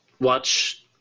Watch